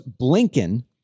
Blinken